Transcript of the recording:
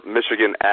Michigan